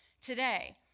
today